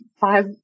five